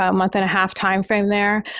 um month and a half timeframe there.